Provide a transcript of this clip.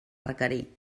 requerir